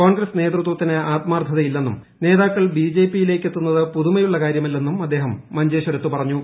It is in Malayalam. കോൺഗ്രസ് നേതൃത്വത്തിന് ആത്മാർത്ഥത ഇല്ലെന്നും നേതാക്കൾ ബിജെപിയിലേക്ക് എത്തുന്നത് പുതു്മൂയുള്ള കാര്യമല്ലെന്നും അദ്ദേഹം മഞ്ചേശ്വരത്ത് പറഞ്ഞു